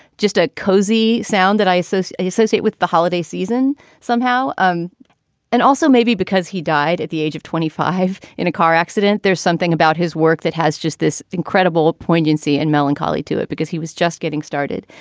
just a cozy sound that isis associate with the holiday season somehow. um and also maybe because he died at the age of twenty five in a car accident. there's something about his work that has just this incredible poignancy and melancholy to it because he was just getting started.